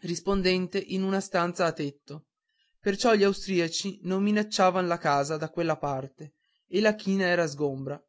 rispondente in una stanza a tetto perciò gli austriaci non minacciavan la casa da quella parte e la china era sgombra